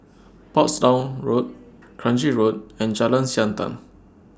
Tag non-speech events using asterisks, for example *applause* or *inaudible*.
*noise* Portsdown Road Kranji Road and Jalan Siantan